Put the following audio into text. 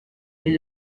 est